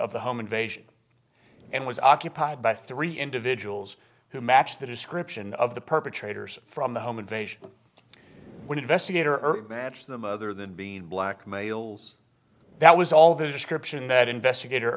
of the home invasion and was occupied by three individuals who matched the description of the perpetrators from the home invasion when investigator oeuvre matched them other than being black males that was all the description that investigator